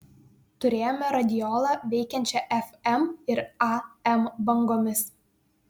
turėjome radiolą veikiančią fm ir am bangomis